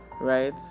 right